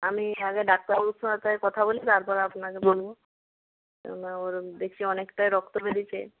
আমি আগে ডাক্তারবাবুর সাথে কথা বলি তার পরে আপনাকে বলব কেননা ওর দেখছি অনেকটাই রক্ত বেরিয়েছে